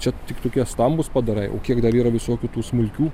čia tik tokie stambūs padarai o kiek dar yra visokių tų smulkių